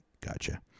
Gotcha